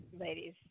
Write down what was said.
ladies